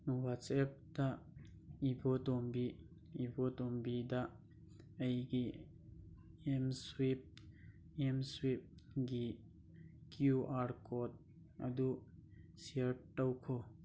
ꯋꯥꯆꯦꯞꯇ ꯏꯕꯣꯇꯣꯝꯕꯤ ꯏꯕꯣꯇꯣꯝꯕꯤꯗ ꯑꯩꯒꯤ M swipe M ꯁ꯭ꯋꯤꯞꯒꯤ Q R code ꯑꯗꯨ ꯁꯤꯌꯥꯔ ꯇꯧꯈꯣ